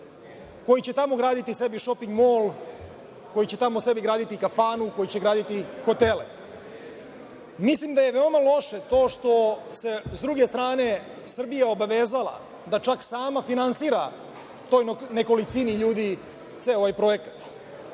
koji će tamo graditi sebi šoping mol, koji će tamo sebi graditi kafanu, koji će graditi hotele. Mislim da je veoma loše to što se s druge strane Srbija obavezala da čak sama finansira toj nekolicini ljudi ceo ovaj projekat. Danas